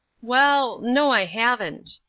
well no, i haven't.